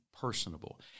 personable